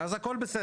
אז הכול בסדר.